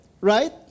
right